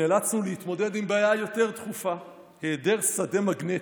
נאלצנו להתמודד עם בעיה יותר דחופה: היעדר שדה מגנטי.